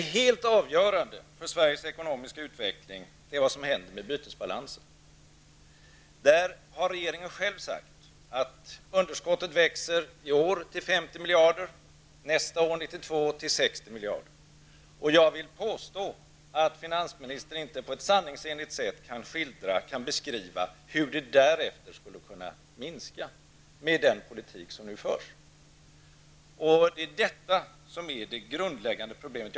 Det helt avgörande för Sveriges ekonomiska utveckling är det som händer med bytesbalansen. Där har regeringen själv sagt att underskottet i år växer till 50 miljarder, nästa år, 1992, till 60 miljarder. Jag vill påstå att finansministern inte på ett sanningsenligt sätt kan beskriva hur det därefter skulle kunna minska med den politik som nu förs. Det är detta som är det gundläggande problemet.